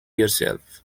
yourself